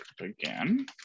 again